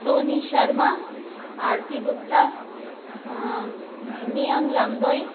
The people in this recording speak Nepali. सोनी शर्मा आरती गुप्ता मियाङ लामदोई